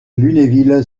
lunéville